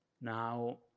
Now